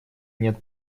нет